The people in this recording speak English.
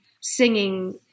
singing